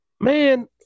man